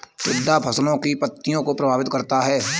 टिड्डा फसलों की पत्ती को प्रभावित करता है